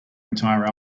entire